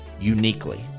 uniquely